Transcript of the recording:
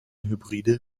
hybride